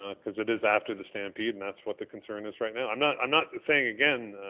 ah because it is after the stampede and that's what the concern is right now. i'm not i'm not saying, again,